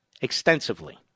extensively